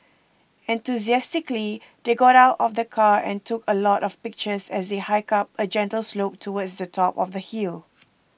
enthusiastically they got out of the car and took a lot of pictures as they hiked up a gentle slope towards the top of the hill